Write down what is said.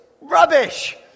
rubbish